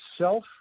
self